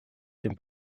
dem